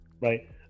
right